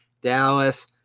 Dallas